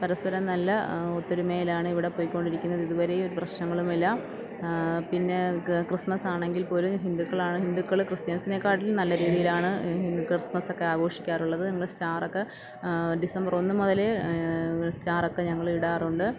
പരസ്പരം നല്ല ഒത്തൊരുമേലാണ് ഇവിടെ പൊയ്ക്കൊണ്ടിരിക്കുന്നത് ഇതു വരെയും ഒരു പ്രശ്നങ്ങളുമില്ല പിന്നെ ക് ക്രിസ്മസാണെങ്കിൽ പോലും ഹിന്ദുക്കളാണ് ഹിന്ദുക്കൾ ക്രിസ്ത്യന്സിനെക്കാട്ടിലും നല്ല രീതിയിലാണ് ഹിന്ദു ക്രിസ്മസൊക്കെ ആഘോഷിക്കാറുള്ളത് ഞങ്ങൾ സ്റ്റാറൊക്കെ ഡിസംബർ ഒന്നു മുതൽ സ്റ്റാറൊക്കെ ഞങ്ങളിടാറുണ്ട്